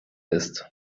ist